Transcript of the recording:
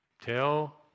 Tell